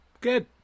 Good